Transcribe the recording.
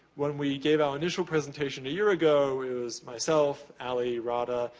when we gave our initial presentation a year ago, it was myself, allie, rada,